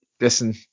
listen